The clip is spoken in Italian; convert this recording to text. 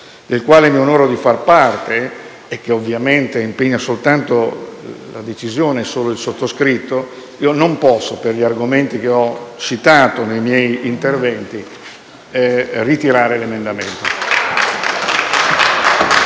di cui mi onoro di fare parte e che naturalmente impegna soltanto il sottoscritto, non posso, per gli argomenti che ho citato nei miei interventi, ritirare l'emendamento.